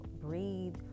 Breathe